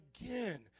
again